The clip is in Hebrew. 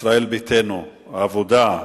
ישראל ביתנו, העבודה,